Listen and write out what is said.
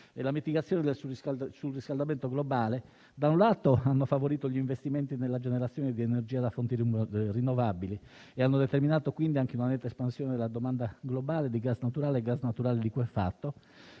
e la mitigazione del surriscaldamento globale - da un alto - ha favorito gli investimenti nella generazione di energia da fonti rinnovabili, determinando quindi una netta espansione della domanda globale di gas naturale e gas naturale liquefatto,